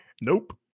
nope